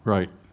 Right